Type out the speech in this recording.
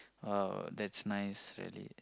!wow! that's nice really